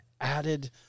added